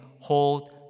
hold